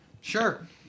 Sure